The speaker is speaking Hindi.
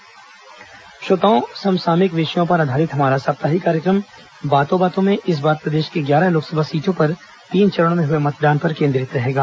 बातों बातों में श्रोताओं समसामयिक विषयों पर आधारित हमारा साप्ताहिक कार्यक्रम बातों बातों में इस बार प्रदेश की ग्यारह लोकसभा सीटों पर तीन चरणों में हुए मतदान पर केंद्रित रहेगा